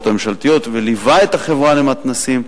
הממשלתיות וליווה את החברה למתנ"סים,